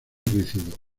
crecido